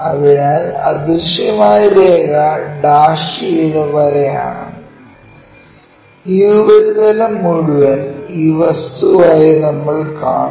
അതിനാൽ അദൃശ്യമായ രേഖ ഡാഷ് ചെയ്ത വരയാണ് ഈ ഉപരിതലം മുഴുവൻ ഈ വസ്തു ആയി നമ്മൾ കാണും